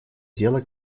дело